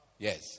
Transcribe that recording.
Yes